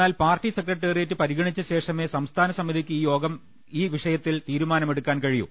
എന്നാൽ party secretariat പരിഗണിച്ചശേഷമേ സംസ്ഥാനസമിതിയ്ക്ക് ഈ വിഷയത്തിൽ തീരുമാനമെടുക്കാൻ കഴിയൂ